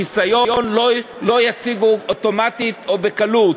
חיסיון לא יציבו אוטומטית או בקלות.